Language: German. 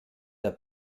der